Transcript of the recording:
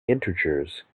integers